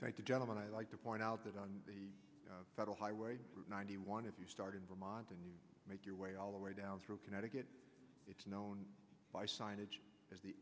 thank you gentlemen i like to point out that on federal highway ninety one if you start in vermont and make your way all the way down through connecticut it's known by signage as the